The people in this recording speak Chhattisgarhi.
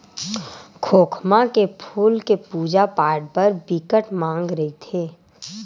खोखमा के फूल के पूजा पाठ बर बिकट मांग रहिथे